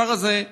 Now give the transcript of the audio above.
הכפר הזה,